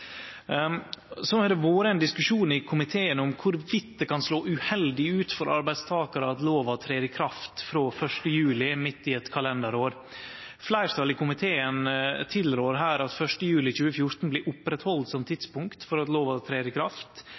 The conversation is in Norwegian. Så har det vore ein diskusjon i komiteen om det kan slå uheldig ut for arbeidstakarar at lova trer i kraft frå 1. juli, midt i eit kalenderår. Fleirtalet i komiteen tilrår at ein held på 1. juli 2014 som tidspunkt for å late lova tre i kraft. Grunngjevinga for det er at